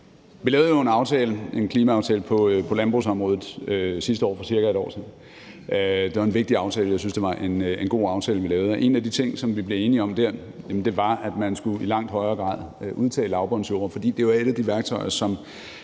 Vi lavede jo en klimaaftale på landbrugsområdet sidste år, altså for cirka et år siden. Det var en vigtig aftale, og jeg synes, det var en god aftale, vi lavede. Og en af de ting, som vi blev enige om dér, var, at man i langt højere grad skulle udtage landbrugsjorder, fordi det er et af de værktøjer,